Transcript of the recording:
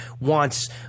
wants